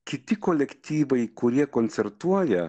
kiti kolektyvai kurie koncertuoja